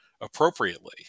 appropriately